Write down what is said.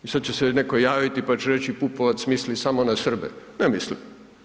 I sada će se neko javiti pa će reći Pupovac misli samo na Srbe, ne mislim.